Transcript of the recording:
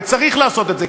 וצריך לעשות את זה,